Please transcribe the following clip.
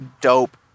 dope